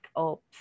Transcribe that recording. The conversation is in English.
Oops